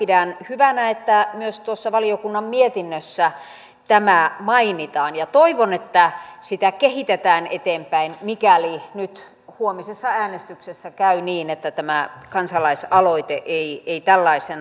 pidän hyvänä että myös valiokunnan mietinnössä tämä mainitaan ja toivon että sitä kehitetään eteenpäin mikäli nyt huomisessa äänestyksessä käy niin että tämä kansalaisaloite ei tällaisenaan etene